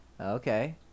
Okay